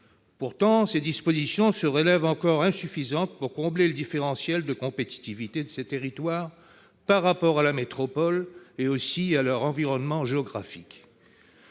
Pourtant, elles se révèlent encore insuffisantes pour combler le différentiel de compétitivité de ces territoires par rapport à la métropole et à leur environnement géographique.